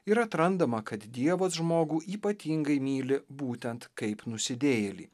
ir atrandama kad dievas žmogų ypatingai myli būtent kaip nusidėjėlį